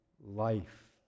life